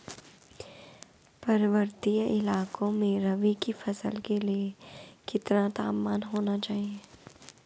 पर्वतीय इलाकों में रबी की फसल के लिए कितना तापमान होना चाहिए?